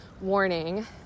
warning